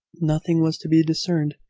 nothing was to be discerned,